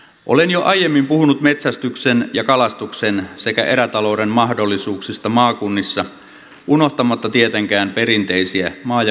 olen jo aiemmin puhunut metsästyksen ja kalastuksen sekä erätalouden mahdollisuuksista maakunnissa unohtamatta tietenkään perinteisiä maa ja metsätalouden työpaikkoja